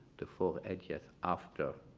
the four edges after